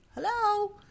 Hello